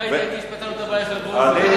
אתה היית אתי כשפתרנו את הבעיה של הדרוזים.